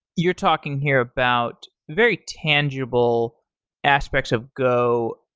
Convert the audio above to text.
you're talking here about very tangible aspects of go.